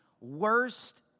worst